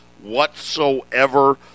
whatsoever